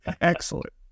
Excellent